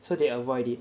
so they avoid it